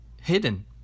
hidden